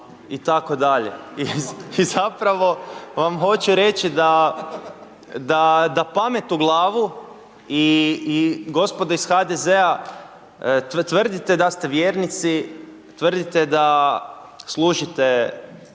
I zapravo vam hoću reći da pamet u glavi i gospodo iz HDZ-a, tvrdite da ste vjernici, tvrdite da služite